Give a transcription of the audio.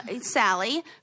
Sally